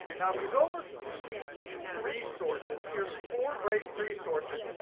now i'm going to go over to the sheet resources here's four great resources,